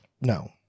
No